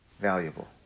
valuable